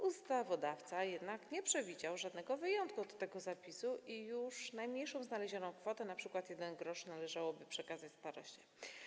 Ustawodawca jednak nie przewidział żadnego wyjątku od tego zapisu i już najmniejszą znalezioną kwotę, np. 1 gr, należałoby przekazać staroście.